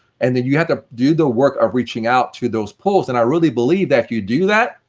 and then you have to do the work of reaching out to those pulls, and i really believe, that, if you do that,